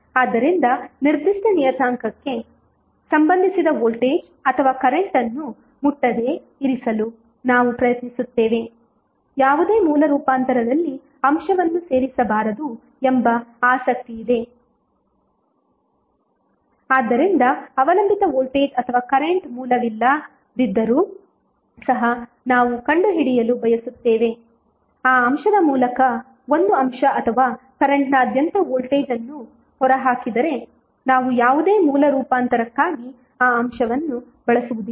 ಆದ್ದರಿಂದ ನಿರ್ದಿಷ್ಟ ನಿಯತಾಂಕಕ್ಕೆ ಸಂಬಂಧಿಸಿದ ವೋಲ್ಟೇಜ್ ಅಥವಾ ಕರೆಂಟ್ ಅನ್ನು ಮುಟ್ಟದೆ ಇರಿಸಲು ನಾವು ಪ್ರಯತ್ನಿಸುತ್ತೇವೆ ಯಾವುದೇ ಮೂಲ ರೂಪಾಂತರದಲ್ಲಿ ಅಂಶವನ್ನು ಸೇರಿಸಬಾರದು ಎಂಬ ಆಸಕ್ತಿಯಿದೆ ಆದ್ದರಿಂದ ಅವಲಂಬಿತ ವೋಲ್ಟೇಜ್ ಅಥವಾ ಕರೆಂಟ್ ಮೂಲವಿಲ್ಲದಿದ್ದರೂ ಸಹ ನಾವು ಕಂಡುಹಿಡಿಯಲು ಬಯಸುತ್ತೇವೆ ಆ ಅಂಶದ ಮೂಲಕ ಒಂದು ಅಂಶ ಅಥವಾ ಕರೆಂಟ್ನಾದ್ಯಂತ ವೋಲ್ಟೇಜ್ ಅನ್ನು ಹೊರಹಾಕಿದರೆ ನಾವು ಯಾವುದೇ ಮೂಲ ರೂಪಾಂತರಕ್ಕಾಗಿ ಆ ಅಂಶವನ್ನು ಬಳಸುವುದಿಲ್ಲ